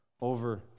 over